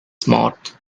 smart